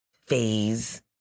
phase